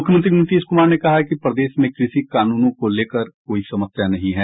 मुख्यमंत्री नीतीश कुमार ने कहा है कि प्रदेश में कृषि कानूनों को लेकर कोई समस्या नहीं है